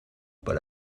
but